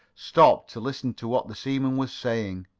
stopped to listen to what the seaman was saying.